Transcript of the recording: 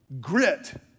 Grit